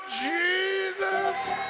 Jesus